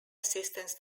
assistance